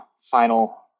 final